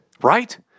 right